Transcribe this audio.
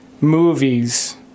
movies